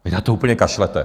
Vy na to úplně kašlete!